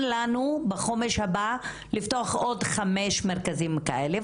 לכם בחומש הבא עוד חמישה מרכזים כאלה למשל,